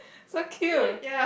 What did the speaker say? so cute